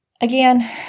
Again